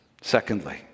Secondly